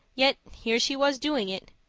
yet here she was doing it.